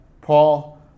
Paul